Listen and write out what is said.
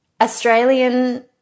Australian